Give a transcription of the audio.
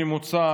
בממוצע,